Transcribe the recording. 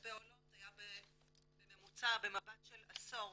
כלפי עולות היה בממוצע במבט של עשור